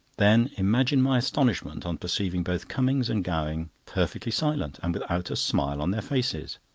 then imagine my astonishment on perceiving both cummings and gowing perfectly silent, and without a smile on their faces.